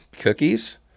cookies